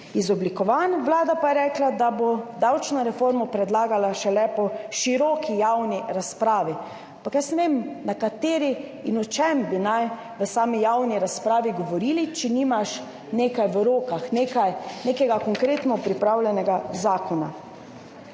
izoblikovan, Vlada pa je rekla, da bo davčno reformo predlagala šele po široki javni razpravi. Ampak jaz ne vem, na kateri in o čem bi naj v sami javni razpravi govorili, če nimaš nekaj v rokah, nekega konkretno pripravljenega zakona.